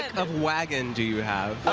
of wagon do you have?